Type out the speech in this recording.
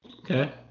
Okay